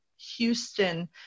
Houston